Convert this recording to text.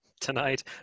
tonight